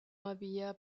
había